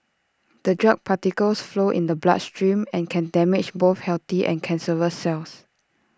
the drug particles flow in the bloodstream and can damage both healthy and cancerous cells